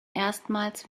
erstmals